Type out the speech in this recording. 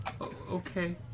Okay